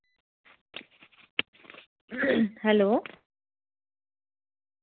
hello